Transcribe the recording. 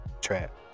trap